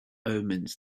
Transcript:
omens